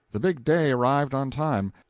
the big day arrived on time.